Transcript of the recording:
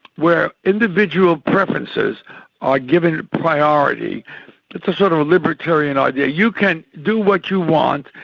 where individual preferences are given priority it's a sort of libertarian idea you can do what you want,